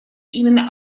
именно